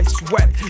sweat